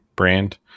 brand